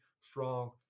strong